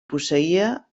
posseïa